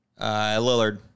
Lillard